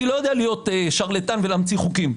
אני לא יודע להיות שרלטן ולהמציא חוקים.